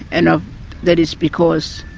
and ah that is because,